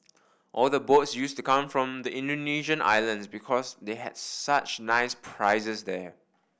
all the boats used to come from the Indonesian islands because they had such nice prizes here